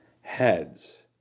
heads